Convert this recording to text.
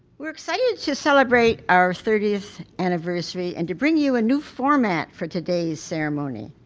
we're excited to celebrate our thirtieth anniversary and to bring you a new format for today's ceremony.